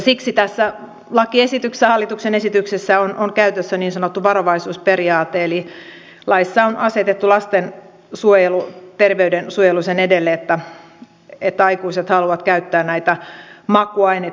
siksi tässä hallituksen esityksessä on käytössä niin sanottu varovaisuusperiaate eli laissa on asetettu lastensuojelu terveyden suojelemisen edelle että aikuiset haluavat käyttää näitä makuaineita